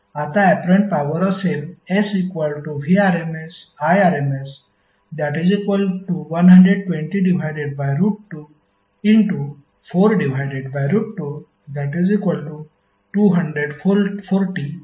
आता apparent power असेल SVrmsIrms120242240 VA